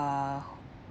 uh